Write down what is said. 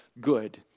good